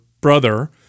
brother